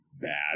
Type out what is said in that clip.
bad